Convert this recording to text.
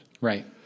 Right